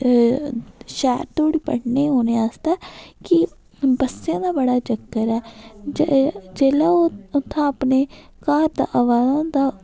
शैह्र धोड़ी पढ़ने औने आस्तै कि बस्सै दा बड़ा चक्कर ऐ जेल्लै ओह् उत्थें अपना घर दा आवा दा होंदा